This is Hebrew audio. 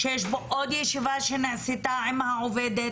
שיש בו עוד ישיבה שנעשתה עם העובדת,